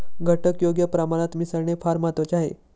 घटक योग्य प्रमाणात मिसळणे फार महत्वाचे आहे